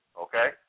Okay